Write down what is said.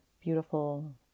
beautiful